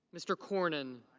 mr. cornyn.